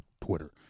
Twitter